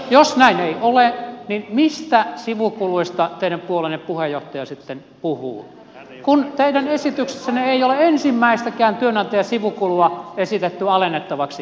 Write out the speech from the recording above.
jos näin ei ole niin mistä sivukuluista teidän puolueenne puheenjohtaja sitten puhuu kun teidän esityksessänne ei ole ensimmäistäkään työnantajan sivukulua esitetty alennettavaksi